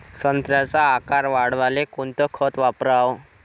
संत्र्याचा आकार वाढवाले कोणतं खत वापराव?